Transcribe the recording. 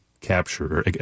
capture